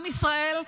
עם ישראל,